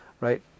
right